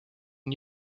une